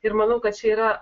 ir manau kad čia yra